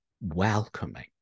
welcoming